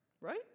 right